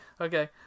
Okay